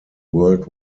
world